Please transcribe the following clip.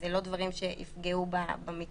אלה לא דברים שיפגעו במתווה.